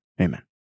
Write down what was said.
amen